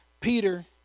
Peter